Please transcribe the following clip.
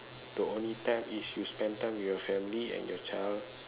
the only time is you spend time with your family and your child